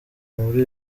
muri